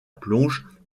plonge